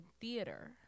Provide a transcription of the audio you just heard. theater